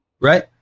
right